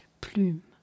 plume